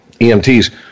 EMTs